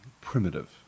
primitive